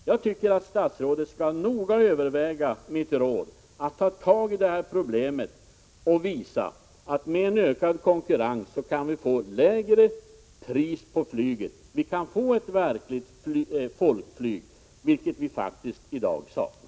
Jag tycker att statsrådet skall noga överväga mitt råd att ta tag i det här problemet och visa att vi med ökad konkurrens kan få lägre priser på flyget. Vi kan då få ett verkligt folkflyg, vilket vi i dag faktiskt saknar.